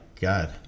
God